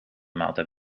maaltijd